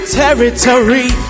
territory